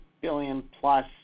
billion-plus